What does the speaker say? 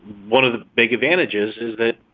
one of the big advantages is that,